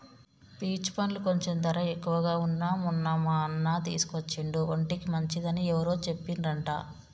peach పండ్లు కొంచెం ధర ఎక్కువగా వున్నా మొన్న మా అన్న తీసుకొచ్చిండు ఒంటికి మంచిది అని ఎవరో చెప్పిండ్రంట